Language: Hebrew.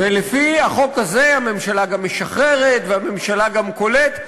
ולפי החוק הזה הממשלה גם משחררת והממשלה גם כולאת.